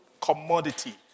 commodity